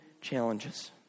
challenges